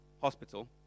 hospital